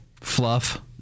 fluff